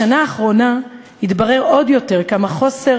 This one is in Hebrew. בשנה האחרונה התברר עוד יותר כמה חוסר